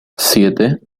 siete